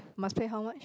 must pay how much